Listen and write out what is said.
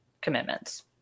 commitments